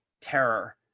terror